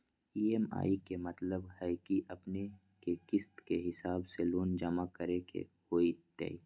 EMI के मतलब है कि अपने के किस्त के हिसाब से लोन जमा करे के होतेई?